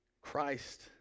Christ